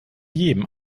jedem